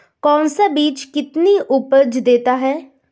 कौन सा बीज कितनी उपज देता है?